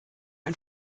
ein